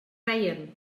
reien